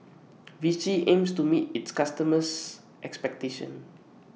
Vichy aims to meet its customers' expectations